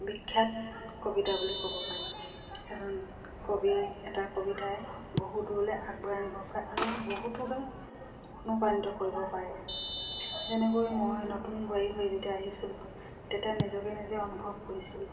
বিখ্যাত কবিতা বুলি ক'ব পাৰি এজন কবি এটা কবিতাই বহু দূৰলৈ আগবঢ়াই আনিব পাৰে আৰু বহুতকে অনুপ্ৰাণিত কৰিব পাৰে যেনেকৈ মই নতুন বোৱাৰী হৈ যেতিয়া আহিছিলোঁ তেতিয়া নিজকে নিজে অনুভৱ কৰিছিলোঁ